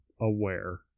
aware